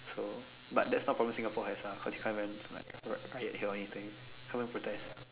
so but that's not promising cause you can't even like ri~ riot or anything can't even protest